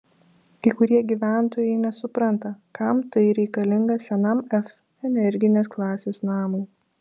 kai kurie gyventojai nesupranta kam tai reikalinga senam f energinės klasės namui